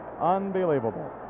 unbelievable